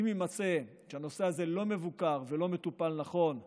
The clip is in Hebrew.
אם יימצא שהנושא הזה לא מבוקר ולא מטופל נכון ------ כן,